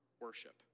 worship